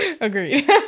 Agreed